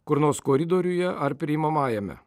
kur nors koridoriuje ar priimamajame